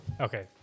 okay